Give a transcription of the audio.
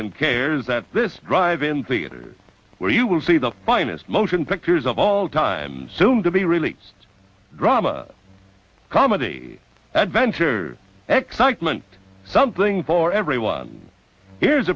and cares that this drive in theater where you will see the finest motion pictures of all time soon to be released drama comedy adventure excitement something for everyone here's a